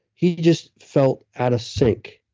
he just felt out of sync.